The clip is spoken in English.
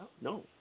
No